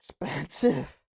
expensive